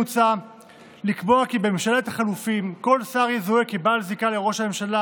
מוצע לקבוע כי בממשלת החילופים כל שר יזוהה כבעל זיקה לראש הממשלה